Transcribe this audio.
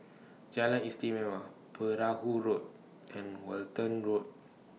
Jalan Istimewa Perahu Road and Walton Road